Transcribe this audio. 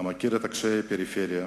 המכיר את קשיי הפריפריה,